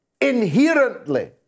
inherently